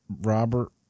Robert